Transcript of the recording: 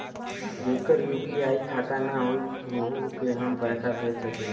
जेकर यू.पी.आई खाता ना होई वोहू के हम पैसा भेज सकीला?